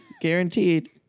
Guaranteed